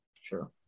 sure